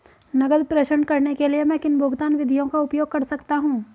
नकद प्रेषण करने के लिए मैं किन भुगतान विधियों का उपयोग कर सकता हूँ?